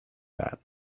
that